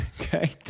Okay